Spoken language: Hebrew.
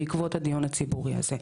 בעקבות הדיון הציבורי הזה.